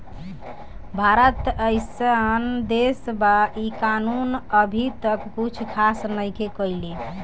भारत एइसन देश बा इ कानून अभी तक कुछ खास नईखे कईले